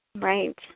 Right